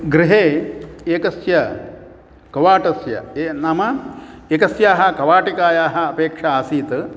गृहे एकस्य कवाटस्य नाम एकस्याः कवाटिकायाः अपेक्षा आसीत्